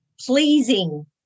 pleasing